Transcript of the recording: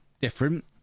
different